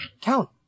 Count